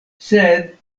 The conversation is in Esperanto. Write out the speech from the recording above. sed